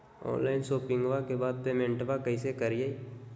Online शोपिंग्बा के बाद पेमेंटबा कैसे करीय?